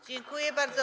Dziękuję bardzo.